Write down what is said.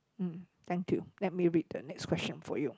mm thank you let me read the next question for you